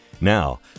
Now